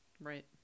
Right